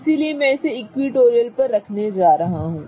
इसलिए मैं इसे इक्विटोरियल पर रखने जा रहा हूं